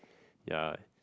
yeah